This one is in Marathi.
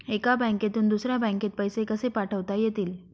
एका बँकेतून दुसऱ्या बँकेत पैसे कसे पाठवता येतील?